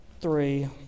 three